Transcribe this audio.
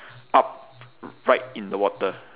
up right in the water